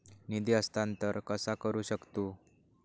निधी हस्तांतर कसा करू शकतू?